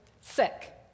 sick